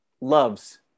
loves